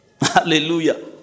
Hallelujah